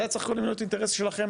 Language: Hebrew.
זה היה צריך קודם להיות אינטרס שלכם,